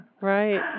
Right